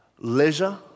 leisure